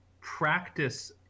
practice